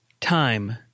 Time